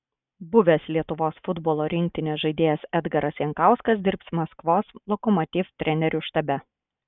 buvęs lietuvos futbolo rinktinės žaidėjas edgaras jankauskas dirbs maskvos lokomotiv trenerių štabe